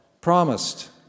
promised